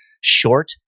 short